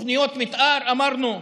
תכניות מתאר, אמרנו.